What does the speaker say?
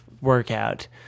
workout